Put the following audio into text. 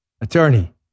attorney